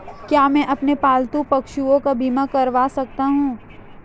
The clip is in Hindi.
क्या मैं अपने पालतू पशुओं का बीमा करवा सकता हूं?